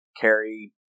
carry